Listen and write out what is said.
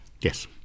Yes